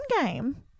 game